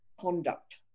conduct